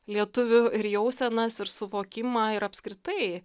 lietuvių ir jausenas ir suvokimą ir apskritai